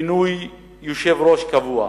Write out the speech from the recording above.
יושב-ראש קבוע,